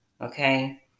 okay